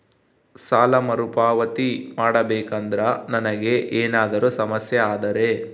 ಸಾಲ ಮರುಪಾವತಿ ಮಾಡಬೇಕಂದ್ರ ನನಗೆ ಏನಾದರೂ ಸಮಸ್ಯೆ ಆದರೆ?